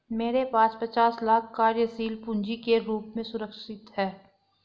मेरे पास पचास लाख कार्यशील पूँजी के रूप में सुरक्षित हैं